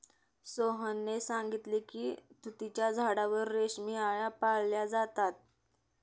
सोहनने सांगितले की तुतीच्या झाडावर रेशमी आळया पाळल्या जातात